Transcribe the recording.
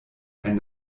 ein